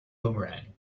boomerang